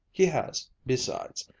he has, besides,